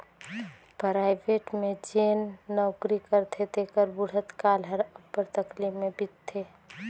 private में जेन नउकरी करथे तेकर बुढ़त काल हर अब्बड़ तकलीफ में बीतथे